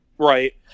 Right